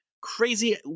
crazy